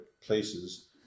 places